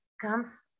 comes